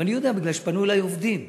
אני יודע, בגלל שפנו אלי עובדים.